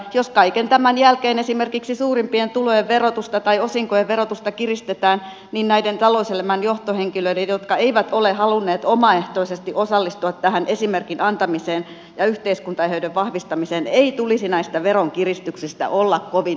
jos kaiken tämän jälkeen esimerkiksi suurimpien tulojen verotusta tai osinkojen verotusta kiristetään niin näiden talouselämän johtohenkilöiden jotka eivät ole halunneet omaehtoisesti osallistua tähän esimerkin antamiseen ja yhteiskuntaeheyden vahvistamiseen ei tulisi näistä veronkiristyksistä olla kovin yllättyneitä